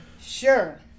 Sure